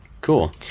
Cool